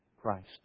Christ